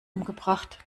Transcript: umgebracht